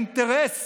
האינטרס